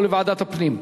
או לוועדת הפנים?